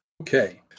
Okay